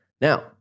Now